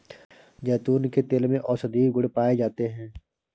जैतून के तेल में औषधीय गुण पाए जाते हैं